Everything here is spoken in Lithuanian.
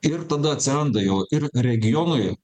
ir tada atsiranda jau ir regionui